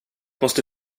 måste